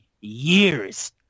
years